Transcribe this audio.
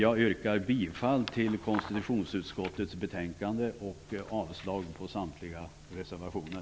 Jag yrkar på godkännande av konstitutionsutskottets anmälan och avslag på samtliga reservationer.